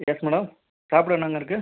S madam சாப்பிட என்னங்க இருக்குது